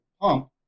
pump